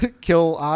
Kill